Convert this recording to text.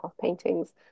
paintings